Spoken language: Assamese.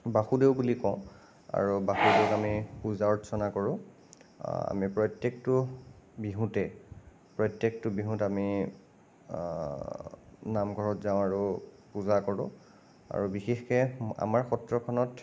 বাসুদেও বুলি কওঁ আৰু বাসুদেওক আমি পূজা অৰ্চনা কৰোঁ আমি প্ৰত্যেকটো বিহুতে প্ৰত্যেকটো বিহুত আমি নামঘৰত যাওঁ আৰু পূজা কৰোঁ আৰু বিশেষকৈ আমাৰ সত্ৰখনত